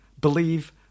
Believe